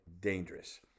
dangerous